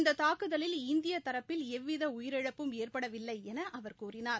இந்த தாக்குதலில் இந்திய தரப்பில் எவ்வித உயிரிழப்பும் ஏற்படவில்லை என அவர் கூறினார்